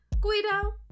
Guido